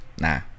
nah